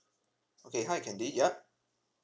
okay hi candy ya